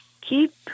keep